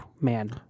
man